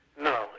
No